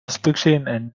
specifications